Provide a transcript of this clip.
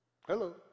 Hello